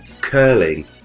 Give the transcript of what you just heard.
Curling